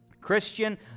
Christian